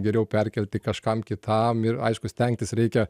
geriau perkelti kažkam kitam ir aišku stengtis reikia